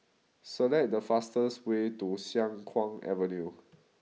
select the fastest way to Siang Kuang Avenue